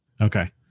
Okay